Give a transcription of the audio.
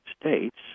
States